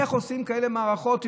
איך עושים כאלה מערכות.